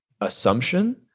assumption